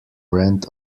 rent